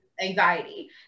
anxiety